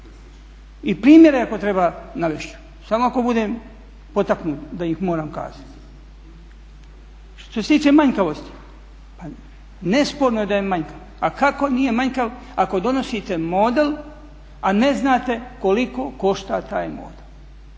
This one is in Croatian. i primjere ako treba navest ću, samo ako budem potaknut da ih moram kazati. Što se tiče manjkavosti, pa nesporno je da je manjkavo, a kako nije manjkav ako donosite model a ne znate koliko košta taj model?